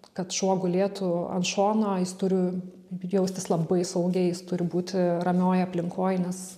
kad šuo gulėtų ant šono jis turi jaustis labai saugiai jis turi būti ramioj aplinkoj nes